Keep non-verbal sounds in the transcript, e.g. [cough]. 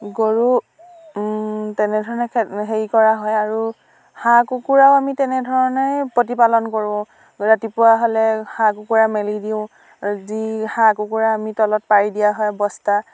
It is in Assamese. গৰু তেনেধৰণে [unintelligible] হেৰি কৰা হয় আৰু হাঁহ কুকুৰাও আমি তেনেধৰণে প্ৰতিপালন কৰোঁ ৰাতিপুৱা হ'লে হাঁহ কুকুৰা মেলি দিওঁ যি হাঁহ কুকুৰা আমি তলত পাৰি দিয়া হয় বস্তা